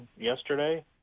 yesterday